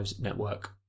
Network